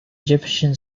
egyptian